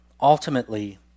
ultimately